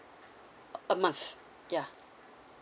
a month yeah